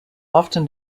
often